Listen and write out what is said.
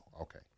okay